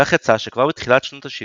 כך יצא שכבר בתחילת שנות השבעים,